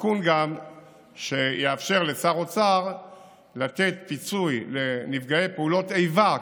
תיקון שיאפשר גם לשר האוצר לתת פיצוי לנפגעי פעולות איבה,